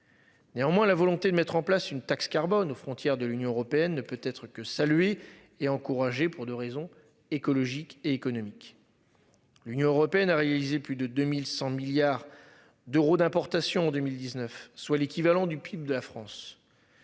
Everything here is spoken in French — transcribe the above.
Néanmoins, la volonté de mettre en place une taxe carbone aux frontières de l'Union européenne ne peut être que saluée et encouragée pour 2 raisons écologiques et économiques. L'Union européenne a réalisé plus de 2100 milliards d'euros d'importation 2019 soit l'équivalent du PIB de la France.